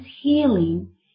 healing